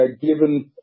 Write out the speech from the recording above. given